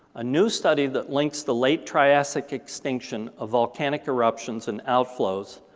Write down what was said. a new study that links the late traissic extinction of volcanic eruptions and outflows